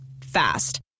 Fast